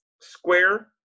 square